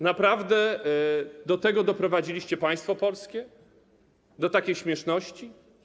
Naprawdę do tego doprowadziliście państwo polskie, do takiej śmieszności?